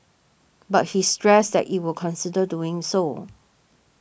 but he stressed that it will consider doing so